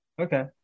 Okay